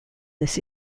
this